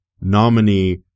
nominee